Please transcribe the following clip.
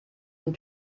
den